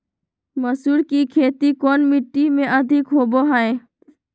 मसूर की खेती कौन मिट्टी में अधीक होबो हाय?